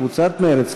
קבוצת מרצ,